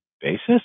basis